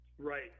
right